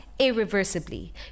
irreversibly